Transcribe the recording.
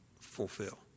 fulfill